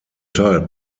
teil